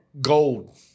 gold